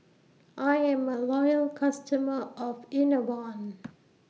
I Am A Loyal customer of Enervon